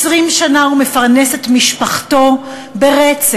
20 שנה הוא מפרנס את משפחתו ברצף,